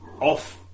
off